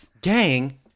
Gang